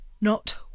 Not